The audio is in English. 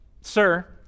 sir